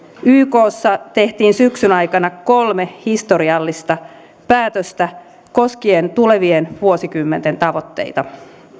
ykssa tehtiin syksyn aikana kolme historiallista päätöstä koskien tulevien vuosikymmenten tavoitteita